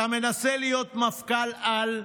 אתה מנסה להיות מפכ"ל-על,